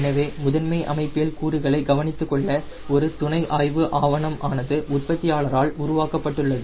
எனவே முதன்மை அமைப்பியல் கூறுகளை கவனித்துக் கொள்ள ஒரு துணை ஆய்வு ஆவணம் ஆனது உற்பத்தியாளர் ஆல் உருவாக்கப்பட்டுள்ளது